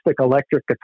electric